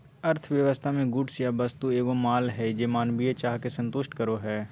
अर्थव्यवस्था मे गुड्स या वस्तु एगो माल हय जे मानवीय चाह के संतुष्ट करो हय